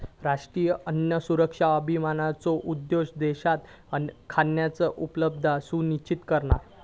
राष्ट्रीय अन्न सुरक्षा अभियानाचो उद्देश्य देशात खयानची उपलब्धता सुनिश्चित करणा